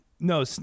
No